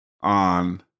on